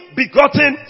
begotten